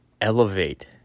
Elevate